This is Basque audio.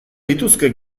lituzke